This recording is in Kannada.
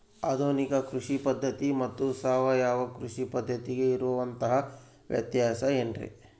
ಆಧುನಿಕ ಕೃಷಿ ಪದ್ಧತಿ ಮತ್ತು ಸಾವಯವ ಕೃಷಿ ಪದ್ಧತಿಗೆ ಇರುವಂತಂಹ ವ್ಯತ್ಯಾಸ ಏನ್ರಿ?